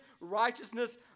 righteousness